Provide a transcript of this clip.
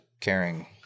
caring